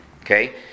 okay